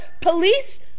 police